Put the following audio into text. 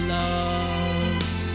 loves